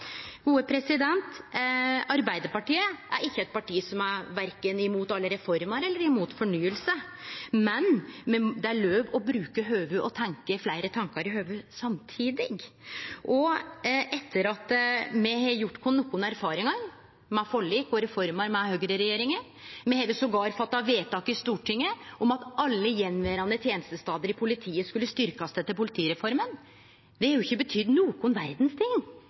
Arbeidarpartiet er ikkje eit parti som er verken imot alle reformer eller imot fornying, men det er lov å bruke hovudet og ha fleire tankar i hovudet samtidig. Me har gjort oss nokre erfaringar med forlik og reformer med høgreregjeringa. Me har endåtil fatta vedtak i Stortinget om at alle attverande tenestestader i politiet skulle styrkast etter politireforma. Det har jo ikkje betydd nokon ting.